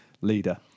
leader